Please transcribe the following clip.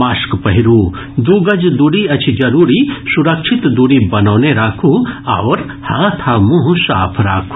mask पहिरू दू गज दूरी अछि जरूरी सुरक्षित दूरी बनौने राखू आओर हाथ आ मुंह साफ राखू